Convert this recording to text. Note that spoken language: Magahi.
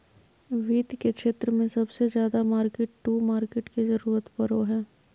वित्त के क्षेत्र मे सबसे ज्यादा मार्किट टू मार्केट के जरूरत पड़ो हय